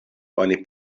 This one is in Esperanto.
oni